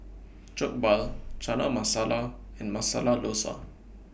Jokbal Chana Masala and Masala Dosa